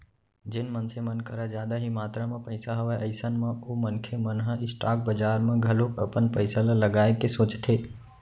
जेन मनसे मन कर जादा ही मातरा म पइसा हवय अइसन म ओ मनखे मन ह स्टॉक बजार म घलोक अपन पइसा ल लगाए के सोचथे